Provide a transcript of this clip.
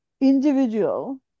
individual